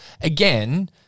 again